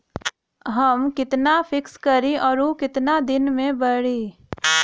हम कितना फिक्स करी और ऊ कितना दिन में बड़ी?